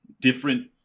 different